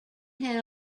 had